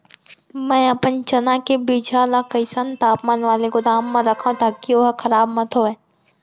मैं अपन चना के बीजहा ल कइसन तापमान वाले गोदाम म रखव ताकि ओहा खराब मत होवय?